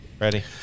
ready